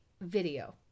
video